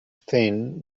thin